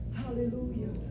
hallelujah